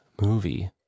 movie